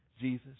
Jesus